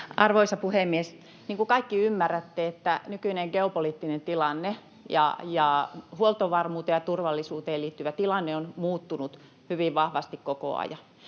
Arvoisa puhemies! Niin kuin kaikki ymmärrätte, nykyinen geopoliittinen tilanne ja huoltovarmuuteen ja turvallisuuteen liittyvä tilanne ovat muuttuneet hyvin vahvasti koko ajan.